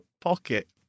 pocket